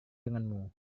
denganmu